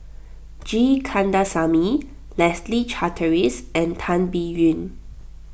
G Kandasamy Leslie Charteris and Tan Biyun